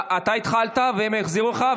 --- אתה התחלת והם החזירו לך,